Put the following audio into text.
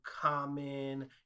common